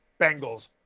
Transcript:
Bengals